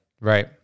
Right